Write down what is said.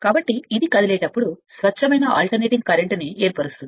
కాబట్టి ఇది కదిలేటప్పుడు ఇది స్వచ్ఛమైన ప్రత్యామ్నాయం